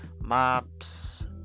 maps